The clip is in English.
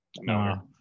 no